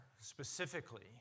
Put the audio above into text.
specifically